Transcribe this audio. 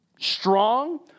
strong